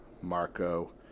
Marco